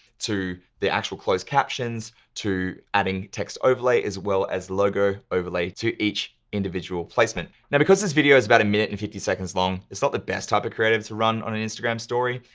to the actual closed captions to adding text overlay as well as logo overlay to each individual placement. now, because this video is about a minute and fifty seconds long, it's not the best type of creative to run on an instagram story.